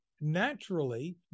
naturally